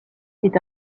est